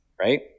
Right